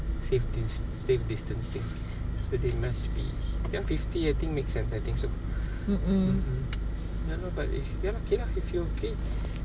mm mm